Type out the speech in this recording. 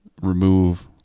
remove